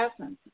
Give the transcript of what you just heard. essence